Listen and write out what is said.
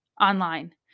Online